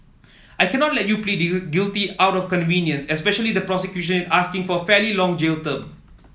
I cannot let you plead guilty out of convenience especially the prosecution asking for fairly long jail term